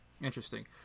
Interesting